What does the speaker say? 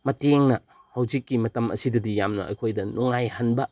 ꯃꯇꯦꯡꯅ ꯍꯧꯖꯤꯛꯀꯤ ꯃꯇꯝ ꯑꯁꯤꯗꯗꯤ ꯌꯥꯝꯅ ꯑꯩꯈꯣꯏꯗ ꯅꯨꯡꯉꯥꯏꯍꯟꯕ